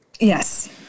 Yes